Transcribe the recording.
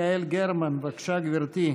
חברת הכנסת יעל גרמן, בבקשה, גברתי,